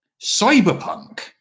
Cyberpunk